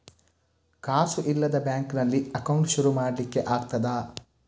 ಕಾಸು ಇಲ್ಲದ ಬ್ಯಾಂಕ್ ನಲ್ಲಿ ಅಕೌಂಟ್ ಶುರು ಮಾಡ್ಲಿಕ್ಕೆ ಆಗ್ತದಾ?